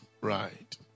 Right